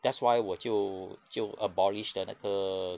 that's why 我就就 abolish 了那个